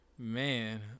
Man